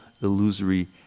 illusory